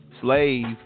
slave